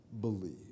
believe